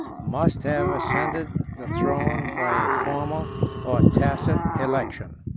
must have ascended the throne by a formal or tacit election.